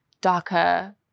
darker